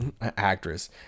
actress